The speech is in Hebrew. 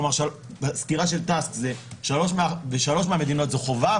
כלומר סקירה של task בשלוש מהמדינות זה חובה,